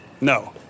No